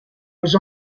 was